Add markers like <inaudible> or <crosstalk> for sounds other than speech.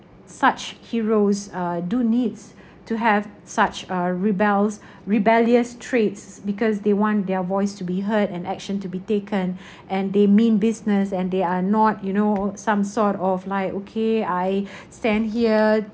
such heroes uh do needs to have such uh rebels rebellious traits this is because they want their voice to be heard and action to be taken <breath> and they mean business and they are not you know some sort of like okay I <breath> stand here